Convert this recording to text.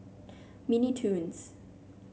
Mini Toons